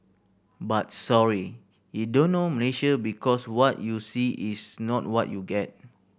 but sorry you don't know Malaysia because what you see is not what you get